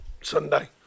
Sunday